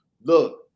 look